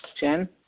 Jen